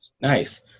Nice